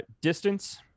distance